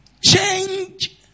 change